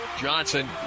Johnson